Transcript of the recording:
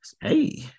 Hey